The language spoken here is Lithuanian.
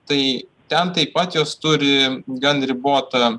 tai ten taip pat jos turi gan ribotą